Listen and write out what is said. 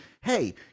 hey